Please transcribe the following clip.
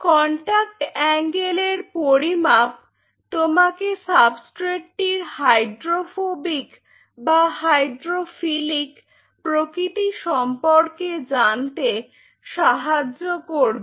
contact angle এর পরিমাপ তোমাকে সাবস্ট্রেটটির হাইড্রোফোবিক বা হাইড্রোফিলিক প্রকৃতি সম্পর্কে জানতে সাহায্য করবে